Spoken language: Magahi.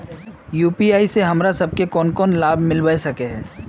यु.पी.आई से हमरा सब के कोन कोन सा लाभ मिलबे सके है?